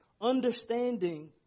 understanding